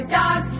dog